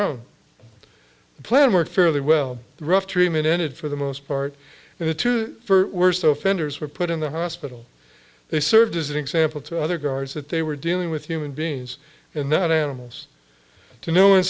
own plan worked fairly well the rough treatment ended for the most part and the two for worst offenders were put in the hospital they served as an example to other guards that they were dealing with human beings and not animals to know